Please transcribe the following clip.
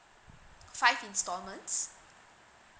five instalments